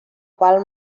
qual